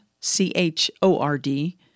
C-H-O-R-D